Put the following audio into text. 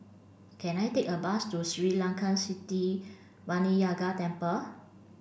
can I take a bus to Sri Layan Sithi Vinayagar Temple